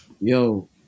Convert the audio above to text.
Yo